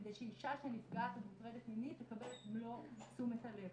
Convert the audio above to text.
כדי שאישה שנפגעת או מוטרדת מינית תקבל את מלוא תשומת הלב.